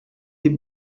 дип